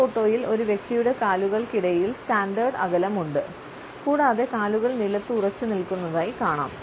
ഈ ഫോട്ടോയിൽ ഒരു വ്യക്തിയുടെ കാലുകൾക്കിടയിൽ സ്റ്റാൻഡേർഡ് അകലമുണ്ട് കൂടാതെ കാലുകൾ നിലത്ത് ഉറച്ചുനിൽക്കുന്നതായി കാണാം